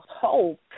hope